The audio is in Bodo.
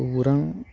खौरां